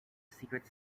secrets